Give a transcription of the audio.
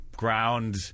Ground